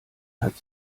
hat